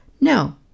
No